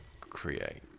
create